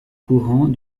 courant